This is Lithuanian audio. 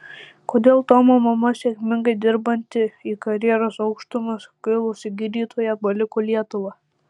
kodėl tomo mama sėkmingai dirbanti į karjeros aukštumas kilusi gydytoja paliko lietuvą